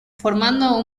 formando